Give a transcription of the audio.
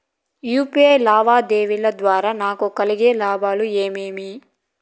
UPI లావాదేవీల ద్వారా నాకు కలిగే లాభాలు ఏమేమీ?